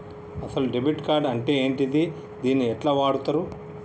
అసలు debit card అంటే ఏంటిది? దీన్ని ఎట్ల వాడుతరు?